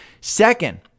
Second